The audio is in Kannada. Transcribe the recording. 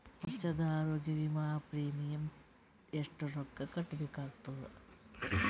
ವರ್ಷದ ಆರೋಗ್ಯ ವಿಮಾ ಪ್ರೀಮಿಯಂ ಎಷ್ಟ ರೊಕ್ಕ ಕಟ್ಟಬೇಕಾಗತದ?